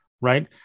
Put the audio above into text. right